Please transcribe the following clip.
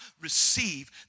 receive